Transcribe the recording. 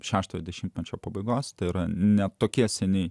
šeštojo dešimtmečio pabaigos tai yra ne tokie seniai